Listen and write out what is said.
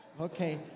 Okay